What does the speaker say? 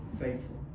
faithful